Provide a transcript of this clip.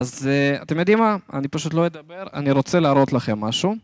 אז אתם יודעים מה? אני פשוט לא אדבר, אני רוצה להראות לכם משהו.